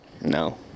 No